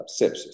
sepsis